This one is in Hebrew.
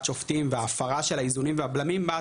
שופטים וההפרה של האיזונים והבלמים בה,